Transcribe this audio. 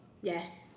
yes